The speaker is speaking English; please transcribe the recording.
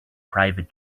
private